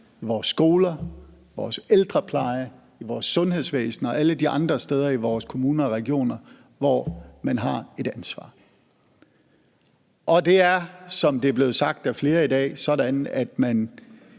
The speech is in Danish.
i vores skoler, i vores ældrepleje, i vores sundhedsvæsen og alle de andre steder i vores kommuner og regioner, hvor man har et ansvar. Det er, som det er blevet sagt af flere i dag, sådan, at man